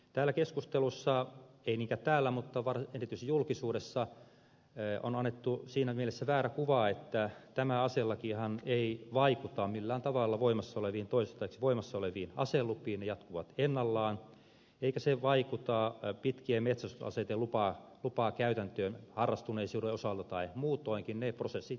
tässä keskustelussa ei niinkään täällä mutta erityisesti julkisuudessa on annettu siinä mielessä väärä kuva että tämä aselakihan ei vaikuta millään tavalla toistaiseksi voimassa oleviin aselupiin ne jatkuvat ennallaan eikä se vaikuta pitkien metsästysaseiden lupakäytäntöön harrastuneisuuden osalta tai muutoinkaan ne prosessit jatkuvat ennallaan